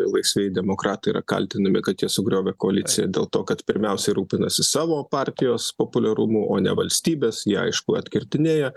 laisvieji demokratai yra kaltinami kad jie sugriovė koaliciją dėl to kad pirmiausiai rūpinasi savo partijos populiarumu o ne valstybės jie aišku atkirtinėja